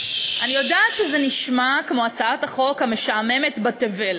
אני יודעת שזה נשמע כמו הצעת החוק המשעממת בתבל,